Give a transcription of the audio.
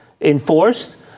enforced